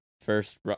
First